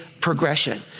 progression